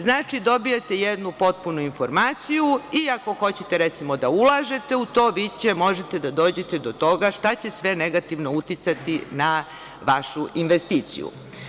Znači, dobijate jednu potpunu informaciju i ako hoćete recimo da ulažete u to, možete da dođete do toga šta će sve negativno uticati na vašu investiciju.